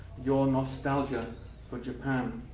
your nostalgia for japan.